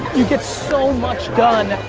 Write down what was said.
you get so much done.